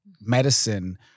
medicine